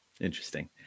interesting